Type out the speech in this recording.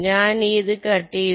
ഞാൻ ഇത് കട്ട് ചെയ്തു